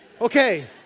Okay